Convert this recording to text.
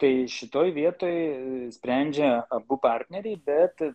tai šitoj vietoj sprendžia abu partneriai bet